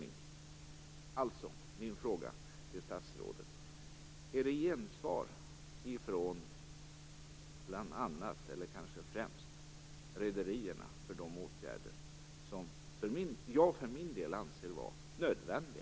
Min fråga till statsrådet är alltså: Finns det ett gensvar hos bl.a., eller kanske främst, rederierna för de åtgärder som jag för min del anser är nödvändiga?